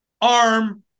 arm